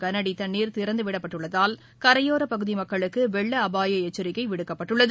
கனஅடி தண்ணீர் திறந்துவிடப்பட்டுள்ளதால் கரையோர பகுதி மக்களுக்கு வெள்ள அபாய எச்சரிக்கை விடுக்கப்பட்டுள்ளது